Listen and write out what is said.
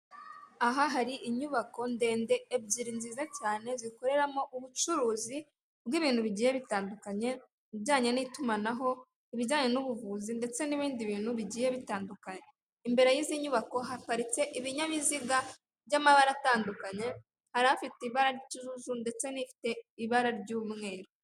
Aha hari inyubako ndende ebyiri nziza cyane zikoreramo ubucuruzi bw'ibintu bigiye bitandukanye, bijyanye n'itumanaho, ibijyanye n'ubuvuzi ndetse n'ibindi bintu bigiye bitandukanye, imbere y'izi nyubako haparitse ibinyabiziga by'amabara atandukanye, hari afite ibara ry'ikjuju ndetse n'ifite ibara ry'umweru.